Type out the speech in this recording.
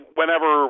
whenever